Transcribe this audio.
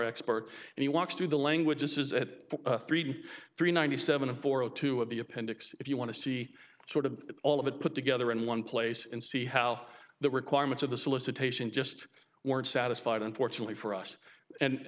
expert and he walks through the language this is a three hundred three ninety seven a four o two of the appendix if you want to see sort of all of it put together in one place and see how the requirements of the solicitation just weren't satisfied unfortunately for us and